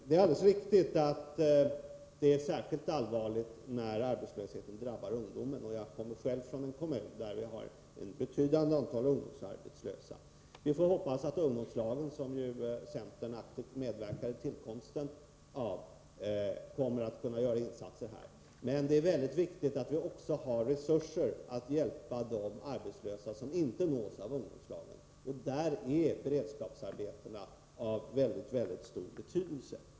Det är alldeles riktigt att det är särskilt allvarligt när arbetslösheten drabbar ungdomen. Jag kommer själv från en kommun där vi har ett betydande antal ungdomsarbetslösa. Vi får hoppas att ungdomslagen, vilkas tillkomst ju centern aktivt medverkade till, kommer att kunna göra insatser här. Men det är viktigt att vi också har resurser att hjälpa de arbetslösa som öka den personliga friheten inte nås av ungdomslagen, och då är beredskapsarbetena av mycket stor betydelse.